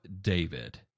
David